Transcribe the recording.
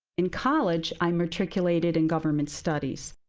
in college, i matriculated in government studies.